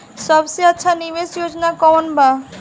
सबसे अच्छा निवेस योजना कोवन बा?